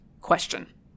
question